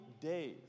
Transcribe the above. Days